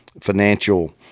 financial